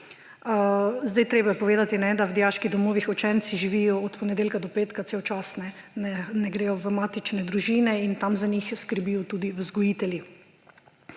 Zdaj je treba povedati, da v dijaških domovih učenci živijo od ponedeljka do petka cel čas, ne gredo v matične družine in tam za njih skrbijo tudi vzgojitelji.